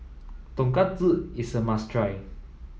Tonkatsu is a must try